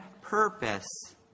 purpose